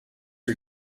her